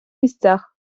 місцях